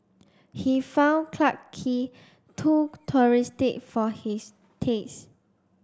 he found Clarke Quay too touristic for his taste